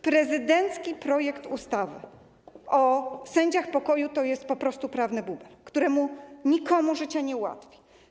Prezydencki projekt ustawy o sędziach pokoju to jest po prostu prawny bubel, który nikomu życia nie ułatwi.